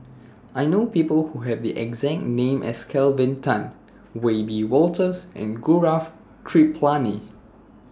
I know People Who Have The exact name as Kelvin Tan Wiebe Wolters and Gaurav Kripalani